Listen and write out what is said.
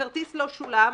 הכרטיס לא שולם,